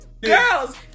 girls